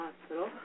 hospital